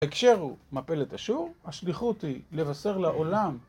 ההקשר הוא מפלת אשור, השליחות היא לבשר לעולם